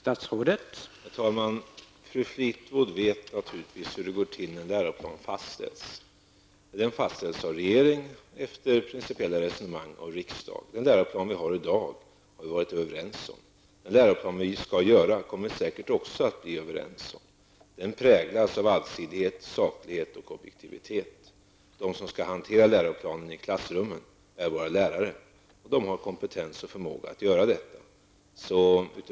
Herr talman! Fru Fleetwood vet naturligtvis hur det går till när en läroplan fastställs. Den fastställs av regeringen efter principiella resonemang av riksdagen. Den läroplan vi har i dag har vi varit överens om. Den läroplan som vi skall göra kommer vi säkert också att bli överens om. Den präglas av allsidighet, saklighet och objektivitet. De som skall hantera läroplanen i klassrummen, våra lärare, har kompetens och förmåga att göra det.